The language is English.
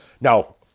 Now